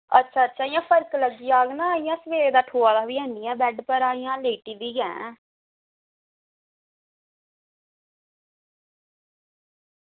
अच्छा अच्छा इंया फर्क लग्गी जाह्ग ना इंया सबेरै दा ठोआ दा बी निं ऐं बैड उप्परा इंया लेटी दी गे